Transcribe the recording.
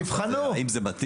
תיבחנו.